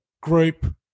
group